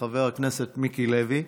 לחבר הכנסת מיקי לוי.